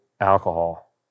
alcohol